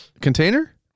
container